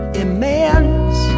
immense